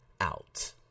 out